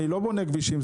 אני לא בונה כבישים,